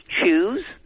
choose